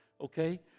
Okay